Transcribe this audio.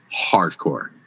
hardcore